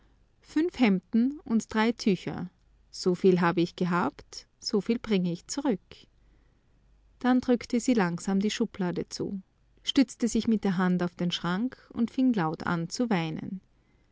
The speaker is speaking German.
fünf hemden und drei tücher so viel habe ich gehabt so viel bringe ich zurück dann drückte sie langsam die schublade zu stützte sich mit der hand auf den schrank und fing laut an zu weinen